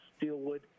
Steelwood